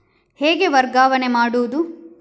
ಹೇಗೆ ವರ್ಗಾವಣೆ ಮಾಡುದು?